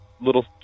little